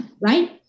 right